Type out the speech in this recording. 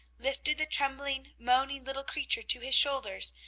lifted the trembling, moaning little creature to his shoulders,